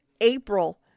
April